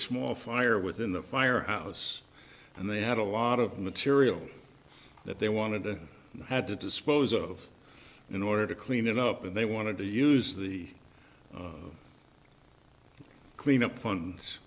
small fire within the fire house and they had a lot of material that they wanted to have to dispose of in order to clean it up and they wanted to use the cleanup funds